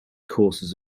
courses